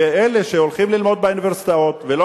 ואלה שרוצים ללמוד באוניברסיטאות ולא